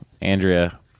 andrea